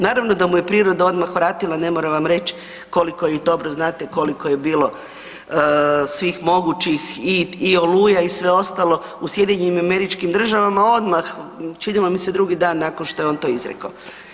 Naravno da mu je priroda odmah vratila, ne moram vam reć koliko je i dobro znate koliko je bilo svih mogućih i oluja i sve ostalo u SAD-u odmah činilo mi se drugi dan nakon što je on to izrekao.